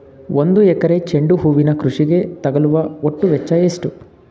ಒಂದು ಎಕರೆ ಚೆಂಡು ಹೂವಿನ ಕೃಷಿಗೆ ತಗಲುವ ಒಟ್ಟು ವೆಚ್ಚ ಎಷ್ಟು?